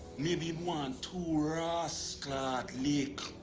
maybe him want two rassclaat lick.